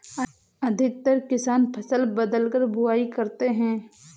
अधिकतर किसान फसल बदलकर बुवाई करते है